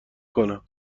کنم